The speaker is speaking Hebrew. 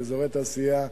אזורי תעשייה,